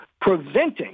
preventing